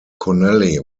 connelly